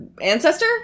ancestor